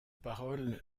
parole